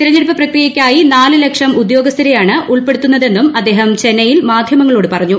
തിരഞ്ഞെടുപ്പ് പ്രക്രിയക്കായി നാല് ലക്ഷം ഉദ്യോഗസ്ഥരെയാണ് ഉൾപ്പെടുത്തുന്നതെന്നും അദ്ദേഹം ചെന്നൈയിൽ മാധ്യമങ്ങളോട് പറഞ്ഞു